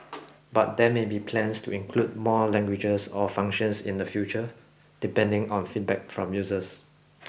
but there may be plans to include more languages or functions in the future depending on feedback from users